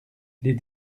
les